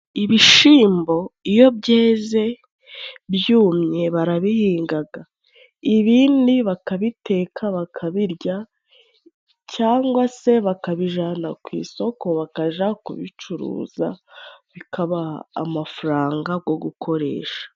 Ibishimbo iyo byeze byumye barabihingaga, ibindi bakabiteka bakabirya, cyangwa se bakabijana ku isoko bakaja kubicuruza bikaha amafaranga go gukoresha.